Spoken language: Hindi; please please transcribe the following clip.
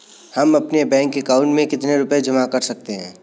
हम अपने बैंक अकाउंट में कितने रुपये जमा कर सकते हैं?